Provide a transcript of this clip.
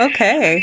Okay